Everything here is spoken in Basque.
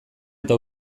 eta